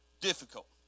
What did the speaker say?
difficult